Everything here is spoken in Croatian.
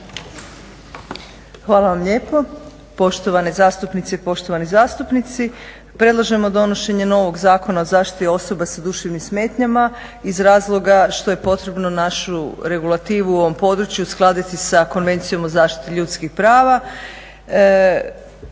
Hvala vam lijepo. Poštovane zastupnice i poštovani zastupnici, predlažemo donošenje novog Zakona o zaštiti osoba s duševnim smetnjama iz razloga što je potrebno našu regulativu u ovom području uskladiti s Konvencijom o zaštiti ljudskih prava,